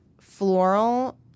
floral